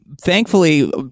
thankfully